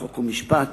חוק ומשפט.